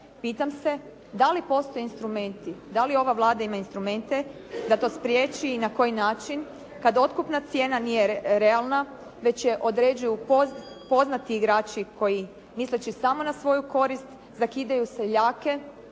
Pitam se da li postoje instrumenti, da li ova Vlada ima instrumente da to spriječi i na koji način kad otkupna cijena nije realna, već je određuju poznati igrači koji misleći samo na svoju korist zakidaju seljake,